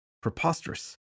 Preposterous